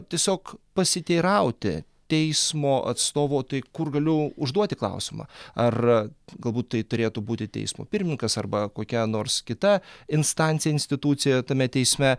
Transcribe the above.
tiesiog pasiteirauti teismo atstovo kur galiu užduoti klausimą ar galbūt tai turėtų būti teismo pirmininkas arba kokia nors kita instancija institucija tame teisme